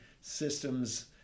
systems